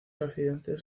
accidentes